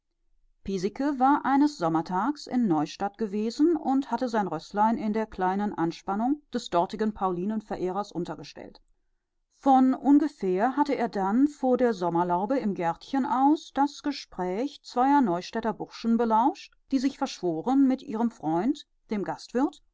war eines sommertags in neustadt gewesen und hatte sein rößlein in der kleinen ausspannung des dortigen paulinenverehrers untergestellt von ungefähr hatte er dann von der sommerlaube im gärtchen aus das gespräch zweier neustädter burschen belauscht die sich verschworen mit ihrem freund dem gastwirt